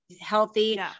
healthy